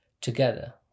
together